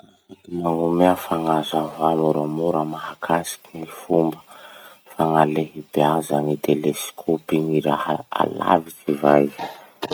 Afaky manome fanazavà moramora mahakasiky gny fomba fagnalehibeazan'ny telescope gny raha alavitsy va iha?